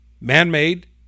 man-made